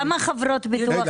יכול להיות שאני טועה.